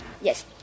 Yes